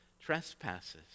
trespasses